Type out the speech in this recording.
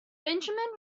benjamin